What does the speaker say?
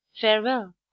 farewell